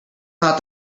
not